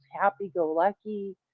happy-go-lucky